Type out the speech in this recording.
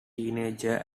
teenager